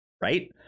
right